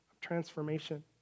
transformation